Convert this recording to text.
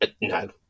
No